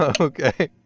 okay